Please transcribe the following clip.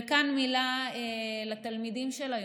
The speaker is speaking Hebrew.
וכאן מילה לתלמידים של היום,